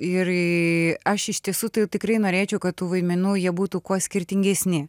ir aš iš tiesų tai tikrai norėčiau kad tų vaidmenų jie būtų kuo skirtingesni